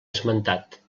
esmentat